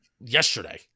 yesterday